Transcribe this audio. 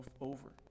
over